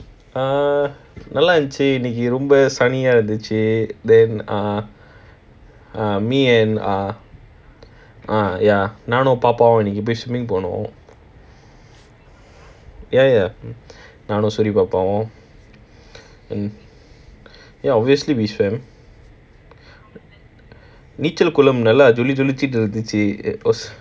err நல்ல இருந்திச்சி இன்னெக்கி ரொம்ப சன்னி ஆஹ் இருந்திச்சி:nalla irundthichsi innekki rompa sanni aah irundthichsi then ah me and ah ah ya now no நானும் பாப்பாவும் ஸ்விம்மிங் போகானோம்:naanum paapavum swimming poanom ya ya நானும் சூரி பாபாவும்:naanum suri paapavum ya obviously we swam நீச்சல் குளம் நல்ல ஜாலி ஜொள்ளிச்சிட்டு இருந்திச்சி:neechal kulam nalla jolly jollichittu irunthichi